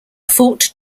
fort